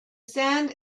sand